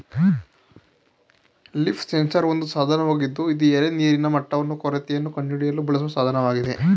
leaf sensor ಒಂದು ಸಾಧನವಾಗಿದ್ದು ಇದು ಎಲೆಯ ನೀರಿನ ಮಟ್ಟವನ್ನು ಕೊರತೆಯನ್ನು ಕಂಡುಹಿಡಿಯಲು ಬಳಸುವ ಸಾಧನವಾಗಿದೆ